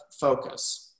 focus